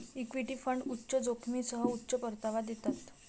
equity fund उच्च जोखमीसह उच्च परतावा देतात